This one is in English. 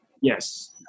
Yes